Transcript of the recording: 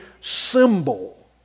symbol